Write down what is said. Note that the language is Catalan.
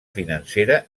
financera